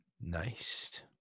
Nice